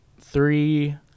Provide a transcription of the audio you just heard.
three